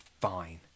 fine